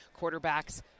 quarterbacks